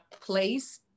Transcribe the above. place